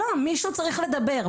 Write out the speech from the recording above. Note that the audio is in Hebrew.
לא, מישהו צריך לדבר.